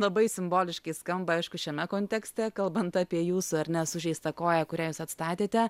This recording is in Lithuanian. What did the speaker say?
labai simboliškai skamba aišku šiame kontekste kalbant apie jūsų ar ne sužeistą koją kurią jūs atstatėte